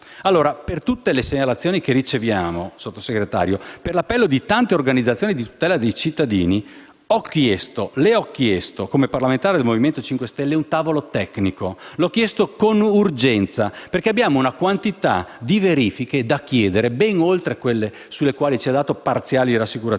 Allora, per tutte le segnalazioni che riceviamo, signor Sottosegretario, per l'appello di tante organizzazioni di tutela dei cittadini, le ho chiesto, come parlamentare del Movimento 5 Stelle, un tavolo tecnico. L'ho chiesto con urgenza, perché abbiamo una quantità di verifiche da chiedere, ben oltre quelle sulle quali ci ha dato parziali rassicurazioni,